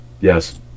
Yes